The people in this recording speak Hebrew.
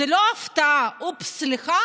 זו לא הפתעה: אופס, סליחה,